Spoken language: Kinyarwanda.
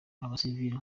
abasivile